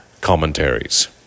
commentaries